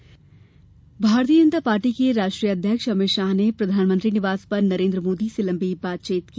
मंत्रिमंडल भारतीय जनता पार्टी के राष्ट्रीय अध्यक्ष अमित शाह ने प्रधानमंत्री निवास पर नरेन्द्र मोदी से लम्बी बातचीत की